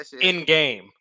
in-game